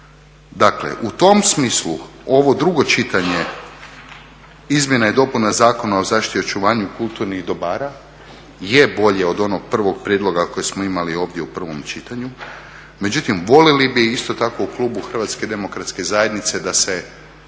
Dakle, u tom smislu ovo drugo čitanje izmjena i dopuna Zakona o zaštiti i očuvanju kulturnih dobara je bolje od onog prvog prijedloga kojeg smo imali ovdje u prvom čitanju. Međutim, volili bi isto tako u klubu Hrvatske demokratske zajednice da se